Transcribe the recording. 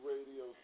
Radio